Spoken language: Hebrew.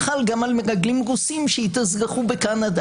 חל גם על מרגלים רוסים שהתאזרחו בקנדה.